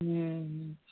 ह्